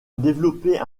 développé